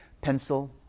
pencil